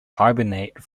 hibernate